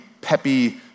peppy